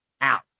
out